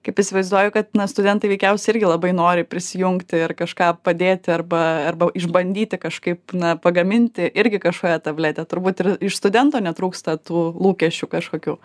kaip įsivaizduoju kad na studentai veikiausiai irgi labai nori prisijungti ir kažką padėti arba arba išbandyti kažkaip na pagaminti irgi kažkokią tabletę turbūt ir iš studento netrūksta tų lūkesčių kažkokių